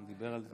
הוא דיבר על זה.